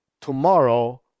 tomorrow